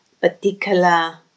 particular